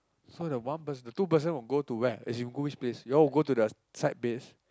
so the one the two person will go to where as in you all will go which place you all will go to the side base